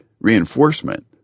reinforcement